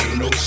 no